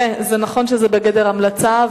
נכון שזה בגדר המלצה,